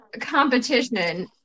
Competition